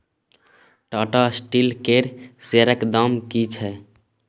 Tata Steel केर शेयरक दाम की छै?